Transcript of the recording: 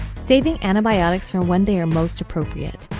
saving antibiotics for when they are most appropriate.